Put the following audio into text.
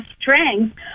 strength